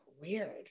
Weird